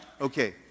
Okay